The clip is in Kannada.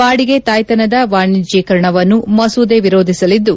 ಬಾಡಿಗೆ ತಾಯ್ತನದ ವಾಣಿಜ್ಠೀಕರಣವನ್ನು ಮಸೂದೆ ವಿರೋಧಿಸಲಿದ್ದು